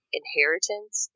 inheritance